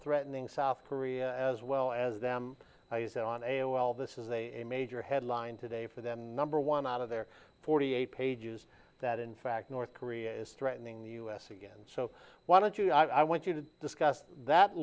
threatening south korea as well as them i said on a o l this is a major headline today for the number one out of their forty eight pages that in fact north korea is threatening the u s again so why don't you i want you to discuss that